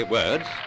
words